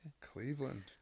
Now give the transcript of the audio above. Cleveland